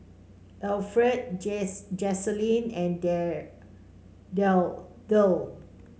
Alferd Jacalyn and Derl